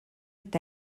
est